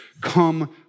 Come